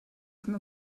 from